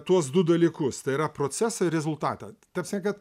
tuos du dalykus tai yra procesą ir rezultatą ta prasme kad